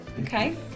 Okay